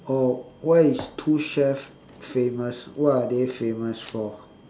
oh what is two chefs famous what are they famous for